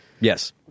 Yes